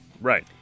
Right